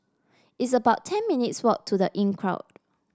it's about ten minutes' walk to The Inncrowd